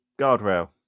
guardrail